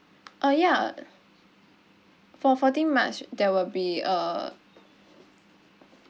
ah ya for fourteen march there will be a